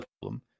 problem